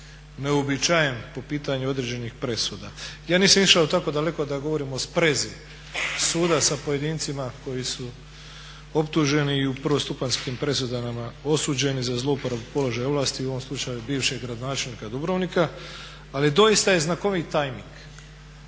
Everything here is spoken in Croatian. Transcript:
neuobičajen po pitanju određenih presuda. Ja nisam išao tako daleko da govorim o sprezi suda sa pojedincima koji su optuženi i u prvostupanjskim presudama osuđeni za zlouporabu položaja ovlasti u ovom slučaju bivšeg gradonačelnika Dubrovnika, ali doista je znakovit tajming